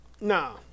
No